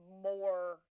more